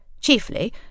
chiefly